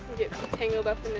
get tangled up